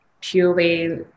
purely